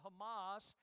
Hamas